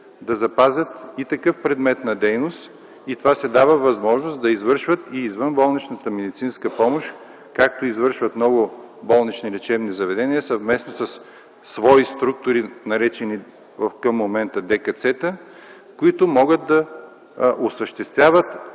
да запазят и такъв предмет на дейност. И това се дава като възможност да извършват извънболничната медицинска помощ, както извършват много болнични лечебни заведения съвместно със свои структури, наречени към момента ДКЦ-та, които могат да осъществяват